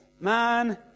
Man